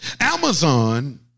Amazon